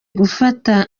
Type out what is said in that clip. gufata